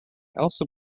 also